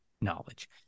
knowledge